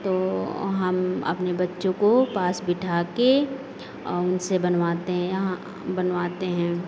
तो हम अपने बच्चों को पास बैठा के और उनसे बनवाते हैं बनवाते हैं